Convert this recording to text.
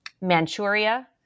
Manchuria